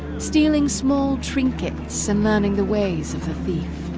stealing small trinkets and learning the ways of the thief,